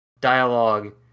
dialogue